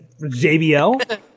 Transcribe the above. JBL